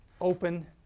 open